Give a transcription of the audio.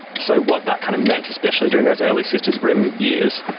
so what that kind of meant, especially during those early sisters grimm years,